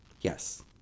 Yes